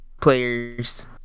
players